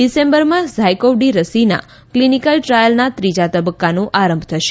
ડિસેમ્બરમાં ઝાયકોવ ડી રસીના ક્લીનીકલ ટ્રાયલના ત્રીજા તબક્કાનો આરંભ થશે